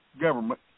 government